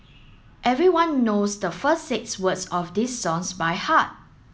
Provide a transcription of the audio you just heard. everyone knows the first six words of this songs by heart